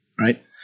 right